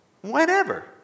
whenever